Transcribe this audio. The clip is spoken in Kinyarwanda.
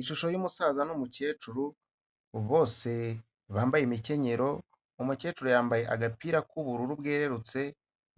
Ishusho y'umusaza n'umukecuru bose bambaye imikenyerero, umukecuru yambaye agapira k'ubururu bwererutse,